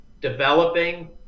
developing